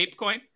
ApeCoin